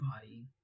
body